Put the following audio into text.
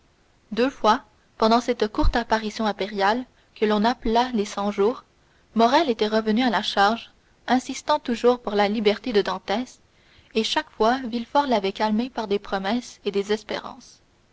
deux fois pendant cette courte apparition impériale que l'on appela les cent-jours morrel était revenu à la charge insistant toujours pour la liberté de dantès et chaque fois villefort l'avait calmé par des promesses et des espérances